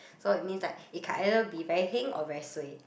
so it means like it can either be very heng or very suay